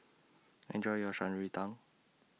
Enjoy your Shan Rui Tang